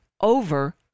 over